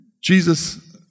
Jesus